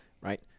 right